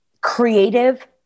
creative